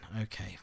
Okay